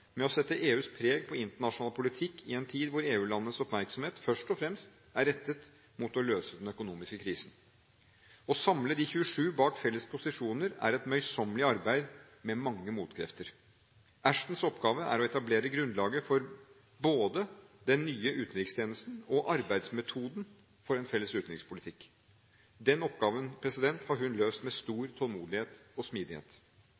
med å sette EUs preg på internasjonal politikk i en tid hvor EU-landenes oppmerksomhet først og fremst er rettet mot å løse den økonomiske krisen. Å samle de 27 bak felles posisjoner er et møysommelig arbeid med mange motkrefter. Ashtons oppgave er å etablere grunnlaget for den nye utenrikstjenesten og arbeidsmetoden for en felles utenrikspolitikk. Den oppgaven har hun løst med stor tålmodighet og smidighet.